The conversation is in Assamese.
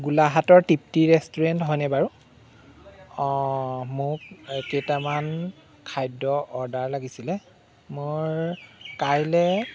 গোলাঘাটৰ তৃপ্তি ৰেষ্টুৰেণ্ট হয়নে বাৰু অঁ মোক কেইটামান খাদ্য অৰ্ডাৰ লাগিছিলে মোৰ কাইলৈ